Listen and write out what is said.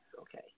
Okay